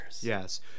Yes